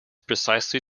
precisely